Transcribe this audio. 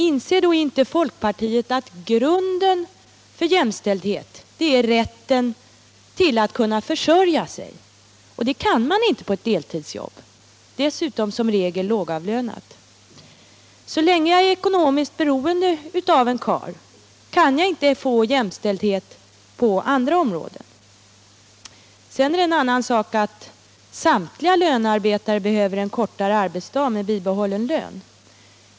Inser inte folkpartiet att grunden för jämställdhet är rätten till att kunna försörja sig? Det kan man inte på ett deltidsjobb — dessutom som regel lågavlönat. Så länge jag är ekonomiskt beroende av en karl kan jag inte få jämställdhet på andra områden. Sedan är det en annan sak att samtliga lönearbetare behöver en kortare arbetsdag med bibehållen lön.